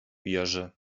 jerzy